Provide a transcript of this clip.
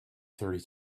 thirty